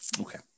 Okay